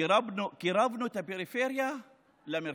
קירבנו את הפריפריה למרכז,